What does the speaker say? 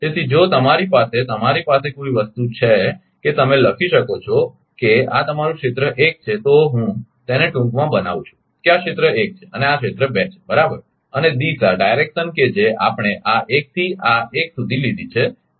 તેથી જો તમારી પાસે તમારી પાસે કોઈ વસ્તુ છે કે તમે લખી શકો કે આ તમારુ ક્ષેત્ર 1 છે તો હું તેને ટૂંકમાં બનાવું છું કે આ ક્ષેત્ર 1 છે અને આ ક્ષેત્ર 2 છે બરાબર અને દિશા કે જે આપણે આ 1 થી આ 1 સુધી લીધી છે